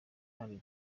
kandi